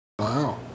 Wow